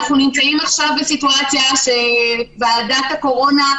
אנחנו נמצאים עכשיו בסיטואציה שוועדת הקורונה,